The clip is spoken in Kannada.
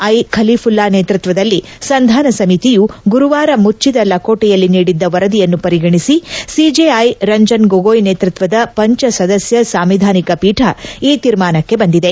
ಐ ಖಲೀಪುಲ್ಲಾ ನೇತೃತ್ವದಲ್ಲಿ ಸಂಧಾನ ಸಮಿತಿಯು ಗುರುವಾರ ಮುಚ್ಚದ ಲಕೋಟೆಯಲ್ಲಿ ನೀಡಿದ್ದ ವರದಿಯನ್ನು ಪರಿಗಣಿಸಿ ಸಿಜೆಐ ರಂಜನ್ ಗೊಗೊಯ್ ನೇತೃತ್ವದ ಪಂಚ ಸದಸ್ಯ ಸಾಂವಿಧಾನಿಕ ಪೀಠ ಈ ತೀರ್ಮಾನಕ್ಕೆ ಬಂದಿದೆ